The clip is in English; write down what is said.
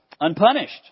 unpunished